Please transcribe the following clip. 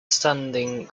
standing